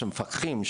שמפקחים,